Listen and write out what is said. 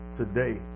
today